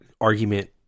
argument